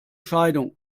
scheidung